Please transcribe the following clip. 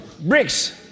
Bricks